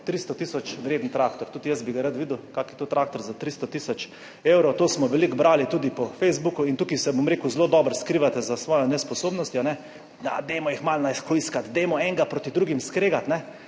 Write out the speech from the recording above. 300 tisoč vreden traktor. Tudi jaz bi ga rad videl, kako je to traktor za 300 tisoč evrov. To smo veliko brali tudi po Facebooku. In tukaj se, bom rekel, zelo dobro skrivate za svojo nesposobnostjo, dajmo jih malo nahujskati, dajmo enega proti drugim skregati,